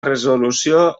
resolució